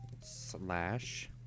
slash